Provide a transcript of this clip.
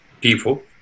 people